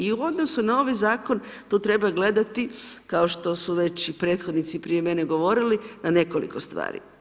I u odnos u na ovaj zakon to treba gledati kao što su već i prethodnici prije mene govorili, na nekoliko stvari.